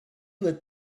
lit